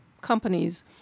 companies